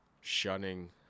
shunning